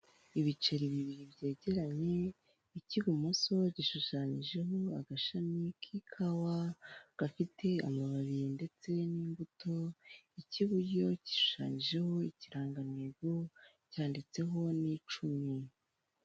Ibiceri bibiri byegeranye icy'ibumoso gishushanyijeho agashami k'ikawa gafite amababi ndetse n'imbuto, icy'ibuburyo gishushanyijeho ikiranganmigo cyanditseho n'icumi.